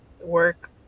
work